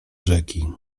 rzeki